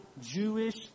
Jewish